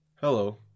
Hello